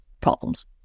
problems